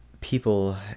people